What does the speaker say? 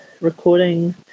recording